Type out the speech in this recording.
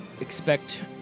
Expect